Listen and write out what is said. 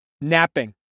Napping